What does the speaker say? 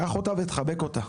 קח אותה וחבק אותה.